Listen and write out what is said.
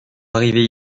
arrivés